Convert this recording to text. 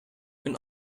een